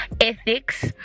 ethics